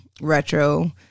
retro